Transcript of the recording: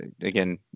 again